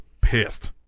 pissed